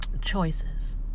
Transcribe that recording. choices